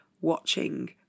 watching